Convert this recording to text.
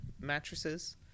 mattresses